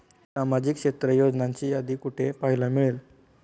सामाजिक क्षेत्र योजनांची यादी कुठे पाहायला मिळेल?